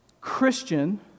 Christian